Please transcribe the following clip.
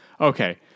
okay